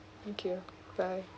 thank you bye